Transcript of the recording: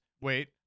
wait